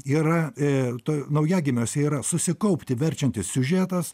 yra ir toje naujagimiuose yra susikaupti verčiantis siužetas